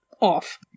off